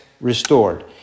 restored